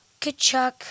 Kachuk